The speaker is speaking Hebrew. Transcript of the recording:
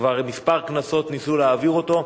שכבר כמה כנסות ניסו להעביר אותו,